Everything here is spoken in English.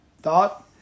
thought